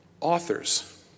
authors